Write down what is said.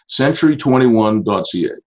century21.ca